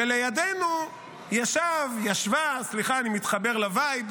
ולידנו ישב, ישבה, סליחה, אני מתחבר לווייב,